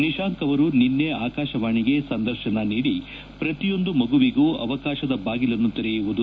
ನಿಶಾಂಕ್ ಅವರು ನಿನ್ನೆ ಆಕಾಶವಾಣಿಗೆ ಸಂದರ್ಶನ ನೀಡಿ ಪ್ರತಿಯೊಂದು ಮಗುವಿಗು ಅವಕಾಶದ ಬಾಗಿಲನ್ನು ತೆರೆಯುವುದು